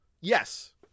Yes